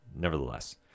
Nevertheless